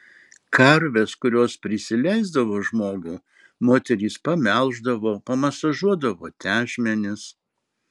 karves kurios prisileisdavo žmogų moterys pamelždavo pamasažuodavo tešmenis